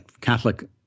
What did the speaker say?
Catholic